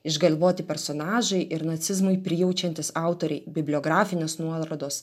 išgalvoti personažai ir nacizmui prijaučiantys autoriai bibliografinės nuorodos